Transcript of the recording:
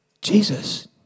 Jesus